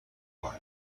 life